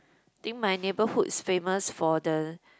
think my neighborhood is famous for the